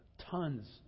tons